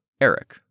Eric